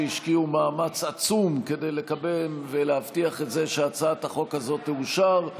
שהשקיעו מאמץ עצום כדי לקדם ולהבטיח את זה שהצעת החוק הזאת תאושר,